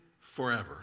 forever